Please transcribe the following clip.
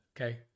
Okay